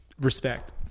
respect